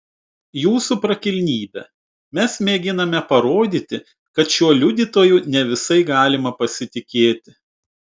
jūsų prakilnybe mes mėginame parodyti kad šiuo liudytoju ne visai galima pasitikėti